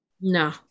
No